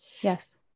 yes